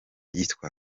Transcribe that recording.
yitwa